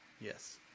Yes